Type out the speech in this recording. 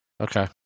Okay